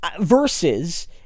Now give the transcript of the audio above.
versus